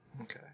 Okay